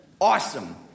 awesome